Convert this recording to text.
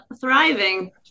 thriving